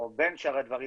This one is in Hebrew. או בין שאר הדברים,